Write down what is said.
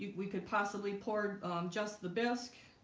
we could possibly pour just the bisque